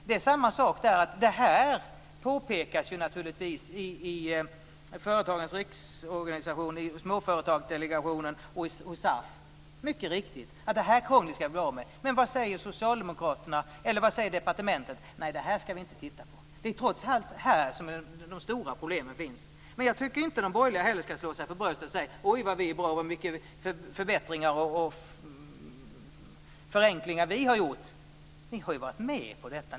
Det här påpekas ju naturligtvis i Företagarnas SAF. Det här krånglet vill man bli av med. Men vad säger Socialdemokraterna eller vad säger departementet? Nej, det här skall vi inte titta på. Det är trots allt här som de stora problemen finns. Men jag tycker inte heller att de borgerliga skall slå sig för bröstet och säga: Oj, vad vi är bra och så många förbättringar och förenklingar vi har gjort. Ni har varit med på detta.